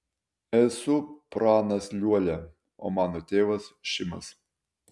esu pranas liuolia o mano tėvas šimas